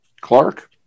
Clark